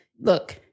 look